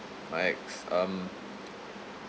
like um